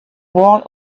one